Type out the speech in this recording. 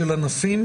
ענפים.